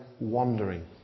wandering